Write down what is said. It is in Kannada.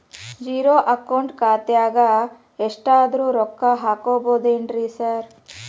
ಝೇರೋ ಅಕೌಂಟ್ ಖಾತ್ಯಾಗ ಎಷ್ಟಾದ್ರೂ ರೊಕ್ಕ ಹಾಕ್ಬೋದೇನ್ರಿ ಸಾರ್?